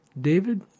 David